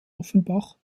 offenbach